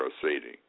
proceeding